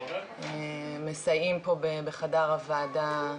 מסייעים פה בחדר הוועדה,